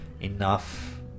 enough